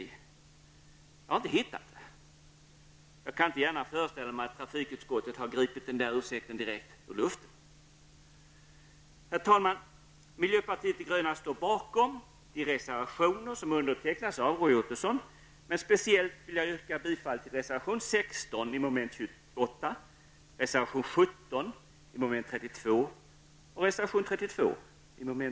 Jag har inte hittat det. Jag kan inte gärna föreställa mig att trafikutskottet har gripit den ursäkten direkt ur luften. Herr talman! Miljöpartiet de gröna står bakom de reservationer som undertecknats av Roy Ottosson, men speciellt vill jag yrka bifall till reservation 16 i mom. 28, reservation 17 i mom. 32 och reservation